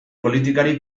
politikari